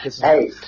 Hey